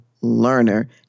learner